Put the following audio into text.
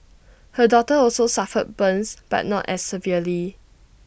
her daughter also suffered burns but not as severely